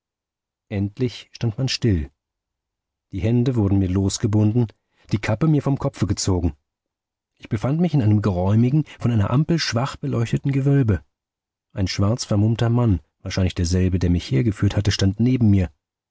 endlich stand man still die hände wurden mir losgebunden die kappe mir vom kopfe gezogen ich befand mich in einem geräumigen von einer ampel schwach beleuchteten gewölbe ein schwarz vermummter mann wahrscheinlich derselbe der mich hergeführt hatte stand neben mir